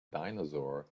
dinosaur